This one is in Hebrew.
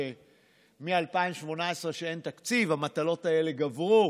מ-2018 שאין תקציב המטלות האלה גברו,